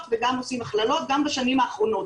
וגם עושים הכללות גם בשנים האחרונות,